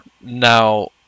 Now